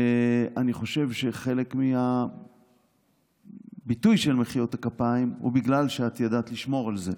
אני חושב שחלק מהביטוי של מחיאות הכפיים הוא בגלל שאת ידעת לשמור על זה.